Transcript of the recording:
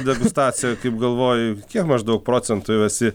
degustacijų kaip galvoji kiek maždaug procentų jau esi